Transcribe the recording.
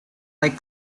like